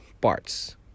parts